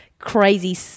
Crazy